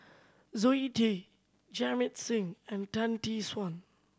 Zoe Tay Jamit Singh and Tan Tee Suan